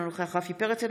אינו נוכח רפי פרץ,